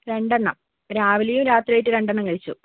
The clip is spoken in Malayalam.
രണ്ടെണ്ണം രാവിലെയും രാത്രിയായിട്ട് രണ്ടെണ്ണം കഴിച്ചു